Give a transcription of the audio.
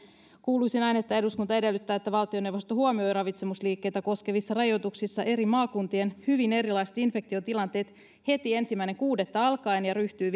kuuluisi näin eduskunta edellyttää että valtioneuvosto huomioi ravitsemusliikkeitä koskevissa rajoituksissa eri maakuntien hyvin erilaiset infektiotilanteet heti ensimmäinen kuudetta alkaen ja ryhtyy